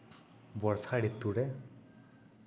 ᱵᱚᱨᱥᱟ ᱨᱤᱛᱩᱨᱮ